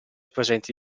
presenti